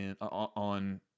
on